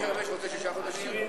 סעיפים 1 4 נתקבלו.